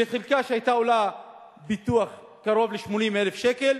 וחלקה שהפיתוח שלה היה עולה קרוב ל-80,000 שקל,